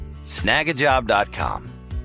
snagajob.com